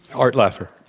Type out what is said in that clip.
art laffer.